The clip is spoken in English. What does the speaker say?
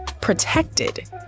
protected